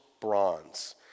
bronze